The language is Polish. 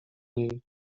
niej